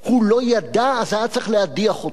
אם הוא לא ידע, אז היה צריך להדיח אותו.